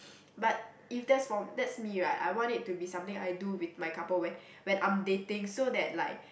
but if that's for that's me right I want it to be something I do with my couple when when I'm dating so that like